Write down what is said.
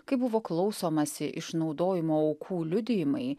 kai buvo klausomasi išnaudojimo aukų liudijimai